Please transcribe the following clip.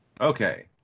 Okay